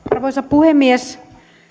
arvoisa puhemies